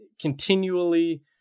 continually